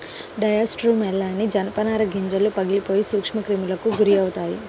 dry స్టోర్రూమ్లోని జనపనార గింజలు పగిలిపోయి సూక్ష్మక్రిములకు గురవుతాయి